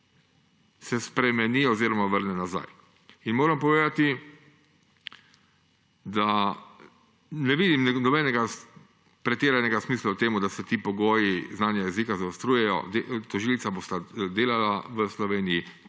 spremeni oziroma vrne nazaj. Povedati moram, da ne vidim nobenega pretiranega smisla v tem, da se ti pogoji znanja jezika zaostrujejo. Tožilca bosta delala v Sloveniji,